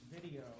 video